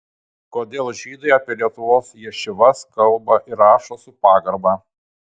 kodėl žydai apie lietuvos ješivas kalba ir rašo su pagarba